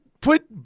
put